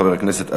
חבר הכנסת אשר.